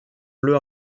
bleu